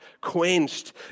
quenched